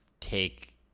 take